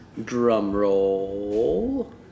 drumroll